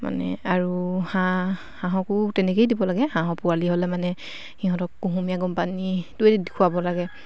মানে আৰু হাঁহ হাঁহকো তেনেকৈয়ে দিব লাগে হাঁহৰ পোৱালি হ'লে মানে সিহঁতক কুহুমীয়া গৰমপানীটোৱে খুৱাব লাগে